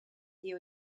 dio